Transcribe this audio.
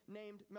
named